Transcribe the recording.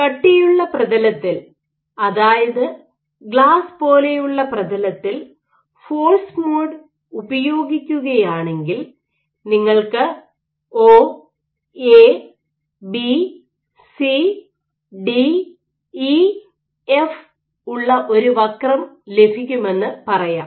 കട്ടിയുള്ള പ്രതലത്തിൽ അതായതു ഗ്ലാസ് പോലെയുള്ള പ്രതലത്തിൽ ഫോഴ്സ് മോഡ് ഉപയോഗിക്കുകയാണെങ്കിൽ നിങ്ങൾക്ക് O A B C D E F O A B C D E F ഉള്ള ഒരു വക്രം ലഭിക്കുമെന്ന് പറയാം